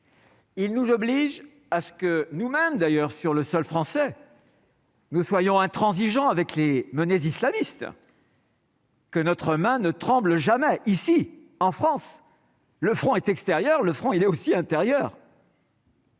Il nous oblige à ce que nous-mêmes d'ailleurs sur le sol français. Nous soyons intransigeants avec les menaces islamistes. Que notre main ne tremble jamais ici en France, le front est extérieur, le front il est aussi intérieure.